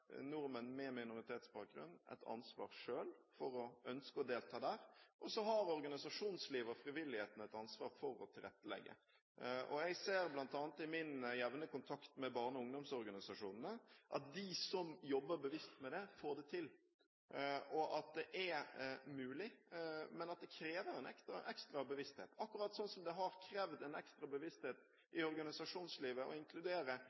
nordmenn med minoritetsbakgrunn et ansvar selv for å ønske å delta der, og så har organisasjonslivet og frivilligheten et ansvar for å tilrettelegge. Jeg ser bl.a. i min jevne kontakt med barne- og ungdomsorganisasjonene at de som jobber bevisst med det, får det til. Det er mulig, men det krever en ekstra bevissthet, akkurat som det har krevd en ekstra bevissthet i organisasjonslivet å inkludere